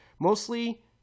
mostly